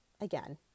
again